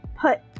put